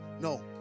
No